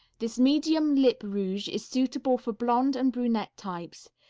this medium lip rouge is suitable for blonde and brunette types.